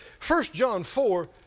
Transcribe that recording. first john four,